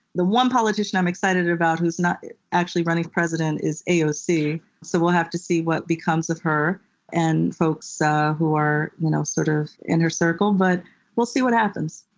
the one politician i'm excited about who's not actually running for president is aoc, so we'll have to see what becomes of her and folks so who are you know sort of in her circle. but we'll see what happens.